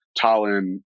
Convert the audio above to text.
Tallinn